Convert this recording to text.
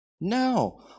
no